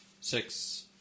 Six